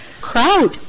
crowd